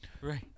Right